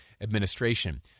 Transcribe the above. administration